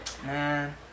Man